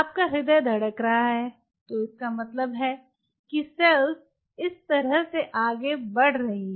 आपका ह्रदय धड़क रहा है तो इसका मतलब है कि सेल्स इस तरह से आगे बढ़ रही हैं